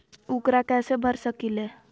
ऊकरा कैसे भर सकीले?